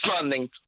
funding